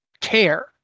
care